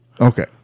Okay